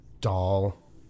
doll